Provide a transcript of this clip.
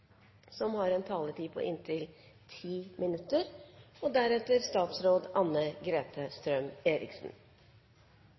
som heretter får ordet, har en taletid på inntil 3 minutter.